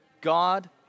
God